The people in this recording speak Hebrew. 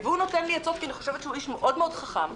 התשובה היא כן?